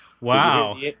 Wow